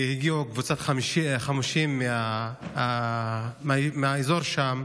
והגיעו קבוצת חמושים מהאזור שם.